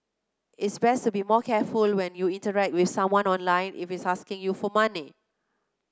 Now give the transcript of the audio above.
it's best to be more careful when you interact with someone online if he's asking you for money